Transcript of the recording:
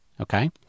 Okay